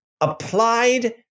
applied